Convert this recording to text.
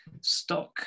stock